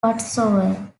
whatsoever